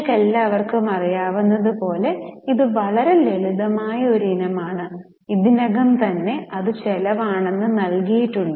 നിങ്ങൾക്കെല്ലാവർക്കും അറിയാവുന്നതുപോലെ ഇത് വളരെ ലളിതമായ ഒരു ഇനമാണ് ഇതിനകം തന്നെ അത് ചെലവാണെന്ന് നൽകിയിട്ടുണ്ട്